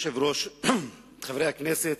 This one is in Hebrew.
אדוני היושב-ראש, חברי הכנסת,